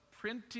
printing